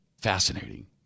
Fascinating